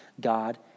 God